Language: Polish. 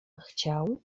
chciał